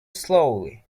slowly